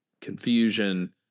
confusion